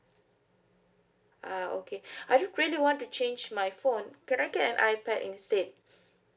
uh okay I don't really want to change my phone can I get an ipad instead